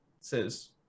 says